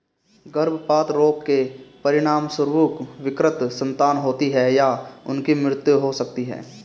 गर्भपात रोग के परिणामस्वरूप विकृत संतान होती है या उनकी मृत्यु हो सकती है